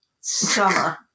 summer